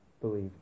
believe